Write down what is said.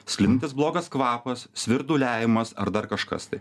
sklindantis blogas kvapas svirduliavimas ar dar kažkas tai